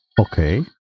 Okay